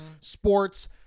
Sports